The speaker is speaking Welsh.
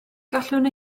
gallwn